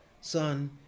Son